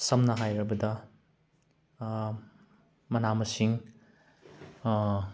ꯁꯝꯅ ꯍꯥꯏꯔꯕꯗ ꯃꯅꯥ ꯃꯁꯤꯡ